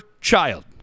child